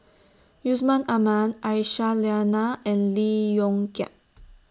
Yusman Aman Aisyah Lyana and Lee Yong Kiat